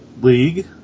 league